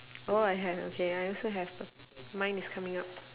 oh I have okay I also have mine is coming up